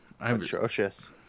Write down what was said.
Atrocious